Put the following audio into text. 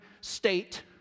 state